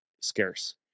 scarce